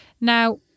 Now